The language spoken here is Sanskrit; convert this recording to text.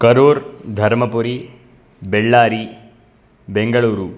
करूर् धर्मपुरी बेल्लारी बेङ्गलूरु